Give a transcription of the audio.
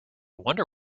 wonder